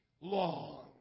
long